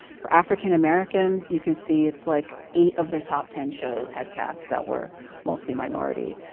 for african americans you can see it's like eight of their top ten shows had casts that were mostly minority.